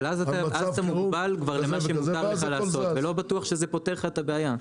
אבל אז אתה מוגבל למה שמותר לך לעשות ולא בטוח שזה פותר לך את הבעיה.